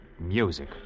Music